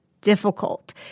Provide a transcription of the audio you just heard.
difficult